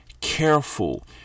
careful